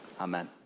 Amen